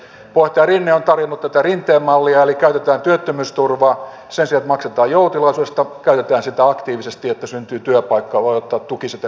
puheenjohtaja rinne on tarjonnut tätä rinteen mallia eli sitä että käytetään työttömyysturvaa sen sijaan että maksetaan joutilaisuudesta aktiivisesti että syntyy työpaikkoja että voi ottaa tukisetelin mukaansa